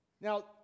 now